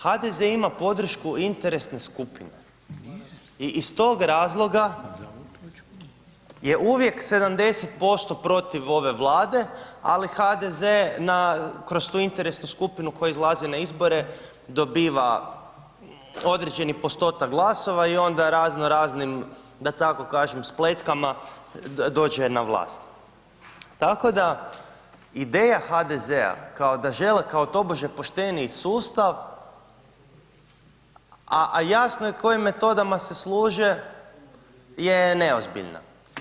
HDZ ima podršku interesne skupine i iz tog razloga je uvijek 70% protiv ove Vlade, ali HDZ kroz tu interesnu skupinu koja izlazi na izbore, dobiva određeni postotak glasova i onda razno raznim, da tako kažem, spletkama, dođe na vlast, tako da ideja HDZ-a kao da žele kao tobože pošteniji sustav, a jasno je kojim metodama se služe je neozbiljna.